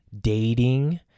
dating